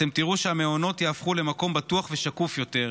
אתם תראו שהמעונות יהפכו למקום בטוח ושקוף יותר,